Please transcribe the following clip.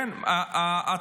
כן, ברור.